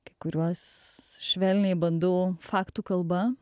kai kuriuos švelniai bandau faktų kalba